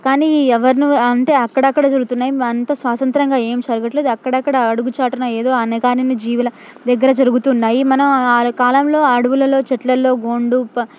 కానీ ఎవరిని అంటే అక్కడక్కడ జరుగుతున్నాయి అంత స్వాతంత్రంగా ఏం జరగట్లేదు అక్కడక్కడ అడుగు చాటున ఏదో అనేక అన్ని జీవుల దగ్గర జరుగుతున్నాయి మనం కాలంలో అడవులలో చెట్లల్లో గోండు ప